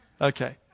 Okay